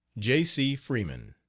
j. c. freeman.